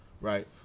right